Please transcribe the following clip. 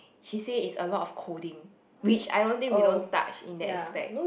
she say it's a lot of coding which I don't think we don't touch in that aspect